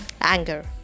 anger